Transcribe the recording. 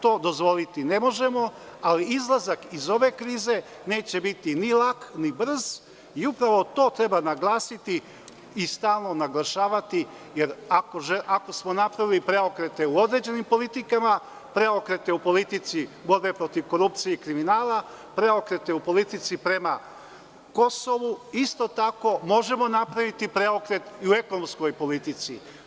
To ne možemo dozvoliti, ali izlazak iz ove krize neće biti ni lak, ni brz i upravo to treba naglasiti i stalno naglašavati, jer ako smo napravili preokrete u određenim politikama, preokrete u politici borbe protiv korupcije i kriminala, preokrete u politici prema Kosovu, isto tako možemo napraviti i preokret i u ekonomskoj politici.